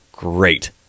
Great